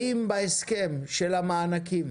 האם בהסכם המענקים